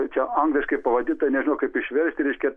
čia angliškai pavadinta nežinau kaip išvirti reiškia